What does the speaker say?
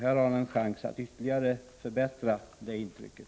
Här har han en chans att ytterligare förbättra det intrycket.